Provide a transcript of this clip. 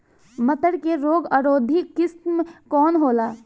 मटर के रोग अवरोधी किस्म कौन होला?